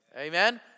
Amen